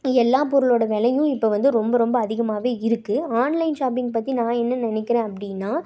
எல்லா பொருளோட விலையும் இப்போ வந்து ரொம்ப ரொம்ப அதிகமாகவே இருக்குது ஆன்லைன் ஷாப்பிங் பற்றி நான் என்ன நினைக்கிறேன் அப்படின்னா